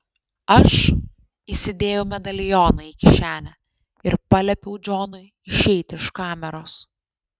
aš įsidėjau medalioną į kišenę ir paliepiau džonui išeiti iš kameros